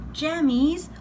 jammies